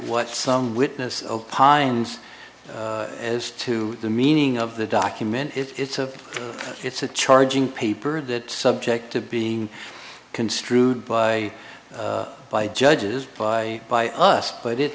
what some witness opines as to the meaning of the document it's a it's a charging paper that subject to being construed by by judges by by us but it